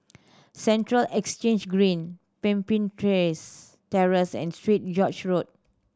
Central Exchange Green Pemimpin Terrace and Street George Road